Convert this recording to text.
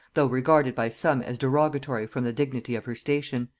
though regarded by some as derogatory from the dignity of her station.